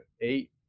eight